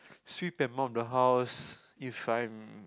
sweep and mop the house if I